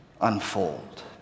unfold